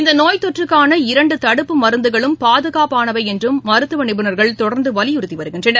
இந்தநோய் தொற்றுக்கான இரண்டுதடுப்பு மருந்துகளும் பாதுகாப்பானவைஎன்றும் மருத்துவநிபுணர்கள் தொடர்ந்துவலியுறுத்திவருகின்றனர்